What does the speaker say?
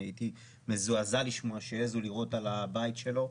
הייתי מזועזע לשמוע שהעזו לירות על הבית שלו.